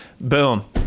Boom